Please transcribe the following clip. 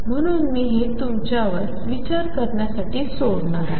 म्हणून मी हे तुमच्यावर विचार करण्यासाठी सोडतो